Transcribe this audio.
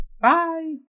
bye